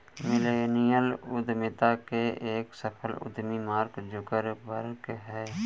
millennial उद्यमिता के एक सफल उद्यमी मार्क जुकरबर्ग हैं